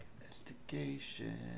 Investigation